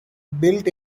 built